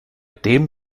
dem